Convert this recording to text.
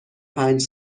پنج